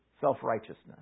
self-righteousness